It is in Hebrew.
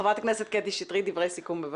חברת הכנסת קטי שטרית, דברי סיכום, בבקשה.